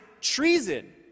treason